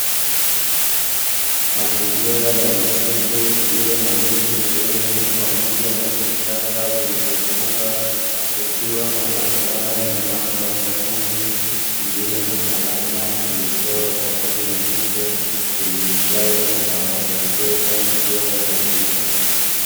Mazingira ya misitu iliyo na miti mirefu pamoja na vichaka, vilivyofunga kukiwa na barabara nyembamba ya vumbi iliyo na alama iliyochorwa kwa rangi nyeupe yenye mshale unaoelekeza njia ya kupita.